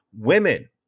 women